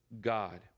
God